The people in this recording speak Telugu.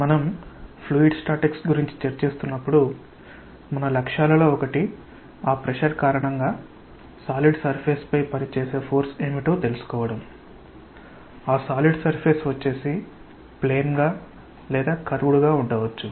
మనం ఫ్లూయిడ్ స్టాటిక్స్ గురించి చర్చిస్తున్నప్పుడు మన లక్ష్యాలలో ఒకటి ఆ ప్రెషర్ కారణంగా సాలిడ్ సర్ఫేస్ పై పనిచేసే ఫోర్స్ ఏమిటో తెలుసుకోవడం ఆ సాలిడ్ సర్ఫేస్ వచ్చేసి ప్లేన్ గా లేదా కర్వ్డ్ గా ఉండవచ్చు